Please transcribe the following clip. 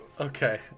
Okay